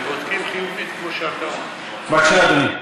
הם בודקים חיובית, בבקשה, אדוני.